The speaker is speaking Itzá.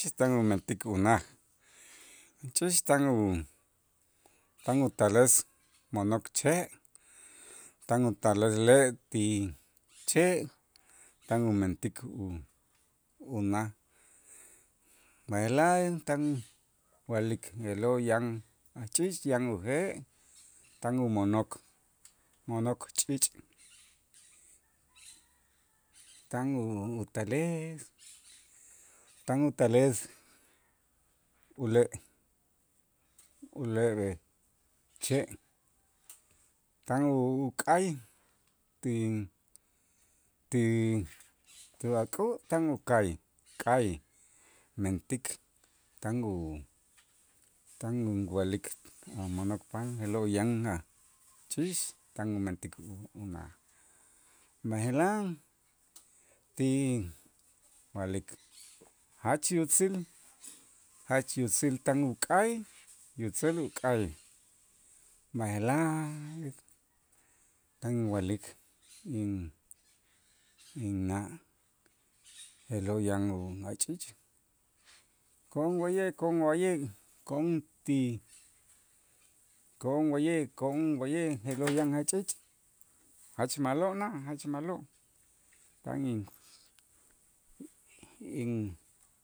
Chix tan umentik unaj, chix tan u- tan utales mo'nok che' tan utales le' ti che' tan umentik u- unaj, b'aje'laj tan wa'lik je'lo' yan achix yan uje' tan umo'nok mo'nok ch'iich', tan u- utales tan utales ule' ule' che' tan u- uk'ay ti ti tu ak'ä' tan uk'ay k'ay mentik tan u tan uwa'lik a' mo'nok paal je'lo' yan a' chix tan umentik unaj, b'aje'laj ti wa'lik jach yutzil jach yutzil tan uk'ay yutzil uk'ay, b'aje'laj tan inwa'lik in- inna' je'lo' yan u ajch'iich' ko'on wa'ye' ko'on wa'ye' ko'on ti ko'on wa'ye' ko'on wa'ye' je'lo' yan a' ch'iich' jach ma'lo' na' jach ma'lo' tan in- in